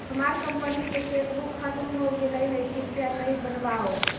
हमार कंपनी की चेकबुक खत्म हो गईल है, कृपया नई बनवाओ